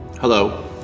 Hello